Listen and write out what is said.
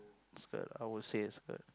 skirt I would it's skirt